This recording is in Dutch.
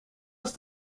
als